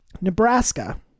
Nebraska